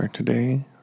today